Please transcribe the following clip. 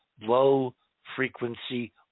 low-frequency